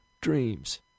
dreams